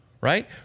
right